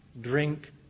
drink